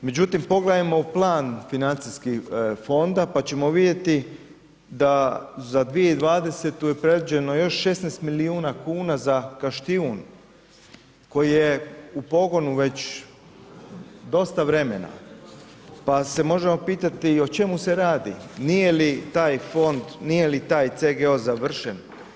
Međutim, pogledajmo u plan financijski fonda pa ćemo vidjeti da za 2020. je predviđeno još 16 milijuna kuna za Kaštijun koji je u pogonu već dosta vremena pa se možemo pitati o čemu se radi, nije li taj fond, nije li taj CGO završen.